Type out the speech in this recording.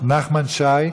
נחמן שי,